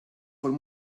von